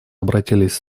обратились